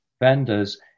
vendors